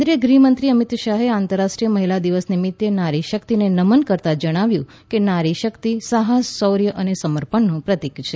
કેન્દ્રિય ગૃહમંત્રી અમિતશાહે આંતરરાષ્ટ્રીય મહિલા દિવસ નિમિત્ત નારી શક્તિને નમન કરતાં જણાવ્યું કે નારી શક્તિ સાહસ શૌર્ય અને સમપર્ણનું પ્રતિક છે